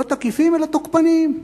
לא תקיפים אלא תוקפניים,